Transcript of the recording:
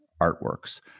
Artworks